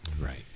Right